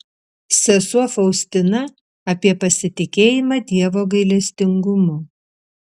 sesuo faustina apie pasitikėjimą dievo gailestingumu